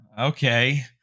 okay